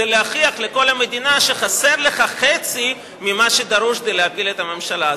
כדי להוכיח לכל המדינה שחסר לך חצי ממה שדרוש כדי להפיל את הממשלה.